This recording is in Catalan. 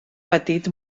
patit